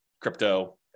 crypto